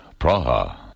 Praha